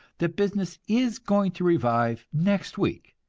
that business is going to revive next week,